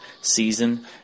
season